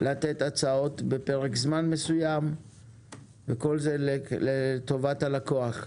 לתת הצעות בפרק זמן מסוים וכל זה לטובת הלקוח.